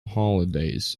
holidays